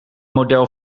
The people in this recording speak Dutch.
model